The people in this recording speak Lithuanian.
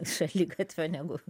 šaligatvio negu